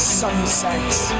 sunsets